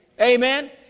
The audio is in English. Amen